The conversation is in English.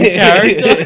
character